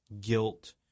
guilt